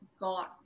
God